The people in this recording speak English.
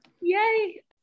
Yay